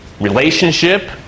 relationship